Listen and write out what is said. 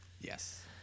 Yes